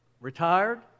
retired